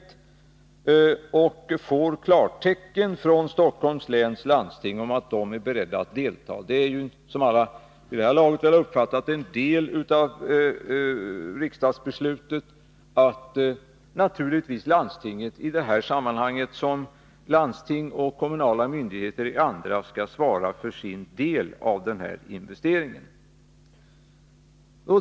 Regeringen får klartecken från landstinget att det är berett att delta. Alla har väl vid det här laget uppfattat att det i en del av riksdagsbeslutet sägs att landstinget i detta sammanhang, som landsting och kommunala myndigheter brukar göra, naturligtvis skall svara för sin del av denna investering.